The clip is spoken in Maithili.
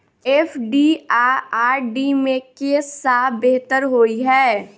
एफ.डी आ आर.डी मे केँ सा बेहतर होइ है?